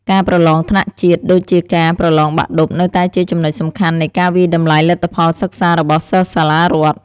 ការប្រឡងថ្នាក់ជាតិ ដូចជាការប្រឡងបាក់ឌុបនៅតែជាចំណុចសំខាន់នៃការវាយតម្លៃលទ្ធផលសិក្សារបស់សិស្សសាលារដ្ឋ។